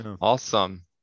awesome